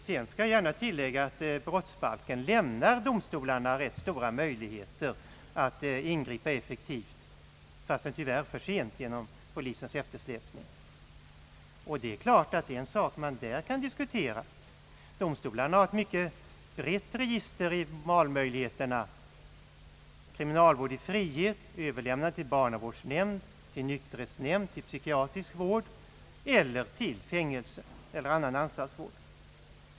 Sedan skall jag gärna tillägga att brottsbalken lämnar domstolen rätt stora möjligheter att ingripa effektivt, fastän tyvärr för sent på grund av eftersläpningen inom polisen. Domstolarna har ett brett register när det gäller valmöjligheterna: kriminalvård i frihet, överlämnande till barnavårdsnämnd, till nykterhetsnämnd, till psykiatrisk vård eller till fängelsevård eller annan anstaltsvård.